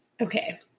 Okay